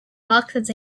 boxes